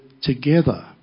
together